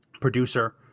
producer